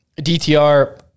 DTR